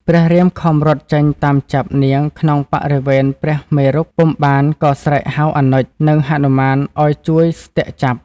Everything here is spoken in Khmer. ព្រះរាមខំរត់ចេញតាមចាប់នាងក្នុងបរិវេណព្រះមេរុពុំបានក៏ស្រែកហៅអនុជ និងហនុមានឱ្យជួយស្នាក់ចាប់។